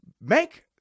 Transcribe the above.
make